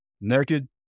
naked